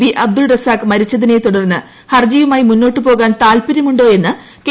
B Abdul Razak മരിച്ചതിനെ തുടർന്ന് ഹർജിയുമായി മുന്നോട്ടുപോകാൻ താത്പര്യമുണ്ടോ എന്ന് കെ